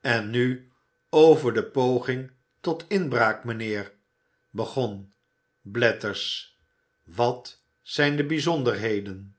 en nu over de poging tot inbraak mijnheer begon blathers wat zijn de bijzonderheden